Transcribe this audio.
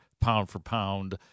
pound-for-pound